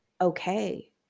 okay